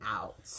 out